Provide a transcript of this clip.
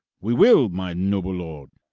we will, my noble lord.